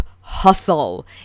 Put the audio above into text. hustle